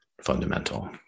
fundamental